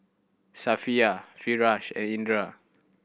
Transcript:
Safiya Firash and Indra